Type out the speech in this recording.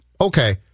okay